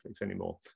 anymore